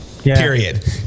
period